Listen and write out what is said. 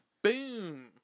Boom